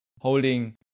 holding